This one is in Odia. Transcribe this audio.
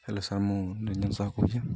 ହ୍ୟାଲୋ ସାର୍ ମୁଁ ନିରଞ୍ଜନ ସାହୁ କହୁଛି